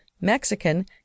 Mexican